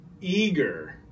eager